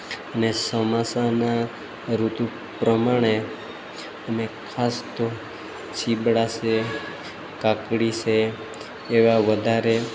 અને ચોમાસાના ઋતુ પ્રમાણે અમે ખાસ તો ચિબળા છે કાકળી છે એવા વધારે